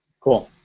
cool,